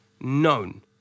Known